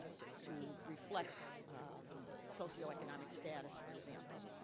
to to reflect um socioeconomic status for example,